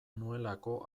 nuelako